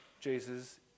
Jesus